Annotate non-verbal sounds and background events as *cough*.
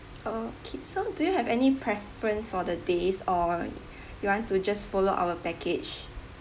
okay so do you have any preference for the days or *breath* you want to just follow our package